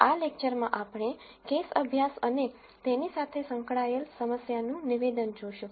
આ લેકચરમાં આપણે કેસ અભ્યાસ અને તેની સાથે સંકળાયેલ સમસ્યાનું નિવેદન જોશું